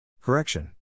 Correction